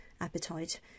Appetite